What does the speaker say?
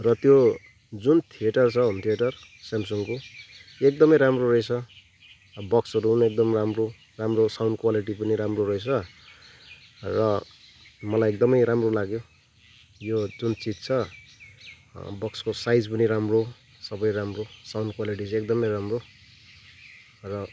र त्यो जुन थिएटर छ होम थिएटर स्यामसङको एकदमै राम्रो रहेछ बक्सहरू पनि एकदम राम्रो राम्रो साउन्ड क्वालिटी पनि राम्रो रहेछ र मलाई एकदमै राम्रो लाग्यो यो जुन चिज छ बक्सको साइज पनि राम्रो सबै राम्रो साउन्ड क्वालिटी चाहिँ एकदमै राम्रो र